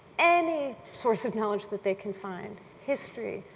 any source of knowledge that they can find history,